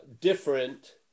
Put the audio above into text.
different